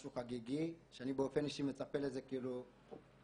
משהו חגיגי שאני באופן אישי מצפה לזה בהתרגשות.